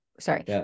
Sorry